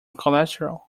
cholesterol